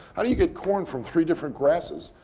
how do you get corn from three different grasses?